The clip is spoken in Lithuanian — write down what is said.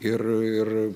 ir ir